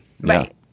Right